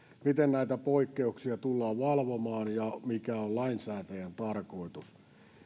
miten näitä poikkeuksia tullaan valvomaan ja mikä on lainsäätäjän tarkoitus